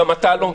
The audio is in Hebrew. גם אתה לא,